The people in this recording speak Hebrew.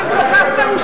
אם הם כל כך מאושרים?